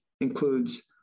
includes